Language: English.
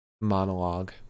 Monologue